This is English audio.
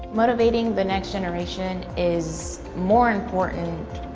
motivating the next generation is more important,